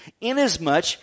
inasmuch